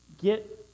get